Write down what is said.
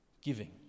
giving